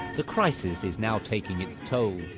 the crisis is now taking its toll.